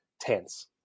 tense